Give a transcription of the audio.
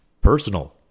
personal